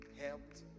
helped